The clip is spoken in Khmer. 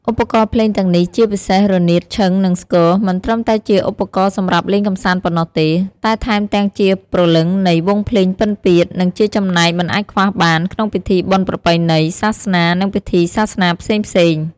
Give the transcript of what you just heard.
ឧបករណ៍ភ្លេងទាំងនេះ ជាពិសេស រនាត ឈិង និងស្គរ មិនត្រឹមតែជាឧបករណ៍សម្រាប់លេងកម្សាន្តប៉ុណ្ណោះទេ តែថែមទាំងជាព្រលឹងនៃ វង់ភ្លេងពិណពាទ្យ និងជាចំណែកមិនអាចខ្វះបាន ក្នុងពិធីបុណ្យប្រពៃណី សាសនា និងពិធីសាសនាផ្សេងៗ។